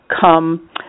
come